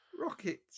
Rockets